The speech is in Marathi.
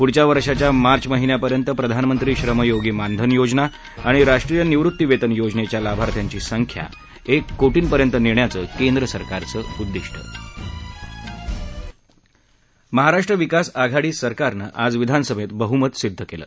पुढच्या वर्षाच्या मार्च महिन्यापर्यंत प्रधानमंत्री श्रम योगी मानधन योजना आणि राष्ट्रीय निवृत्तीवेतन योजनेच्या लाभार्थ्यांची संख्या एक कोटींपर्यंत नेण्याचं केंद्र सरकारचं उद्दिष्ट महाराष्ट्र विकास आघाडी सरकारनं आज विधानसभेत बहुमत सिद्ध केलं